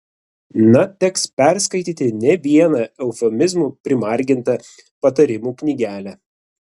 na teks perskaityti ne vieną eufemizmų primargintą patarimų knygelę